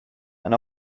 and